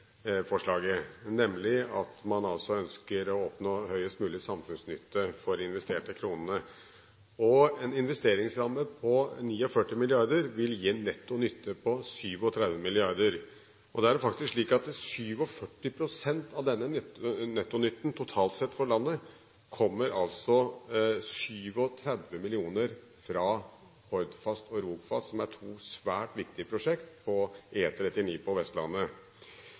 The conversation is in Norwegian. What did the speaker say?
nemlig at man ønsker å oppnå høyest mulig samfunnsnytte for de investerte kronene. En investeringsramme på 49 mrd. vil gi en netto nytte på 37 mrd. Da er det faktisk slik at av 47 pst. av denne nettonytten totalt sett for landet kommer 37 mill. fra Hordfast og Rogfast, som er to svært viktige prosjekt på E39 på Vestlandet.